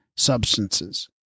Substances